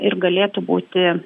ir galėtų būti